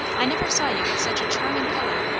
i never saw you with such a charming colour.